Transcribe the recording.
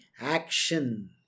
action